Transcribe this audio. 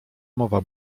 mowa